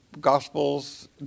Gospels